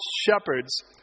shepherds